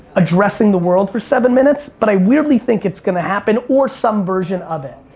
addressing the world for seven minutes, but i really think its gonna happen. or some version of it.